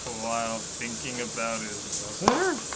while thinking about his mother?